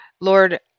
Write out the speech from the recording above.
Lord